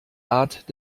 art